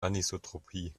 anisotropie